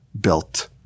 built